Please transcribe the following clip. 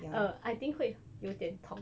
uh I think 会有点痛